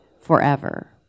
forever